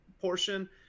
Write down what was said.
portion